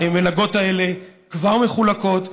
המלגות האלה כבר מחולקות.